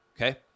okay